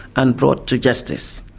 and brought to justice.